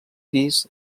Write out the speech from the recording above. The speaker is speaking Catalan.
pis